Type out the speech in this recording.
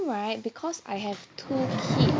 ~om right because I have two kids